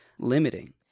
limiting